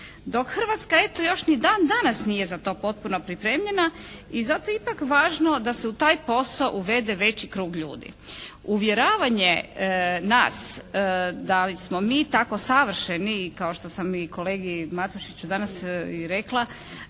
Dok Hrvatska eto još ni dan danas nije za to potpuno pripremljena. I zato je ipak važno da se u taj posao uvede veći krug ljudi. Uvjeravanje nas da li smo mi tako savršeni i kao što sam i kolegi Matušiću danas i rekla,